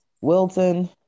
Wilton